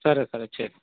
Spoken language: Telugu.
సరే సరే చేస్తాము